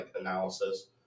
analysis